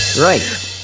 Right